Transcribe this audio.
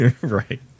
Right